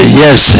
yes